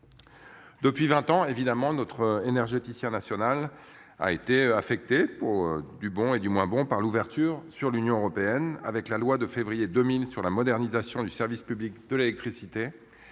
Depuis 20 ans évidemment notre énergéticiens nationale a été affecté pour du bon et du moins bon par l'ouverture sur l'Union européenne avec la loi de février 2000 sur la modernisation du service public de l'électricité.